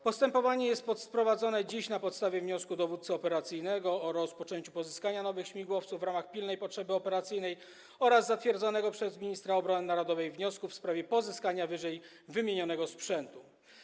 Postępowanie jest dziś prowadzone na podstawie wniosku dowódcy operacyjnego o rozpoczęciu pozyskania nowych śmigłowców w ramach pilnej potrzeby operacyjnej oraz zatwierdzonego przez ministra obrony narodowej wniosku w sprawie pozyskania ww. sprzętu.